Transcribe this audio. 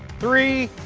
three,